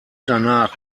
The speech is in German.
danach